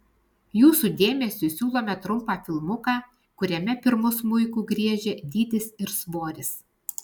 jūsų dėmesiui siūlome trumpą filmuką kuriame pirmu smuiku griežia dydis ir svoris